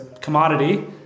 commodity